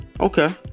Okay